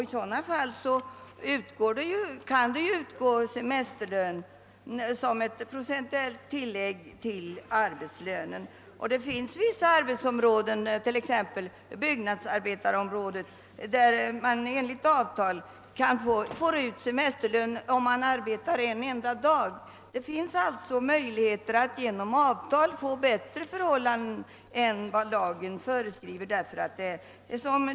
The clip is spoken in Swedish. I sådana fall kan semesterlön utgå i form av ett procentuellt tillägg till lönen. Det finns vissa arbetsområden, t.ex. byggnadsindustrin, där arbetstagaren får ut .semesterlön om han arbetar en enda dag. Det finns alltså möjlighet att genom avtal få fram bättre förhållanden än dem som lagen föreskriver.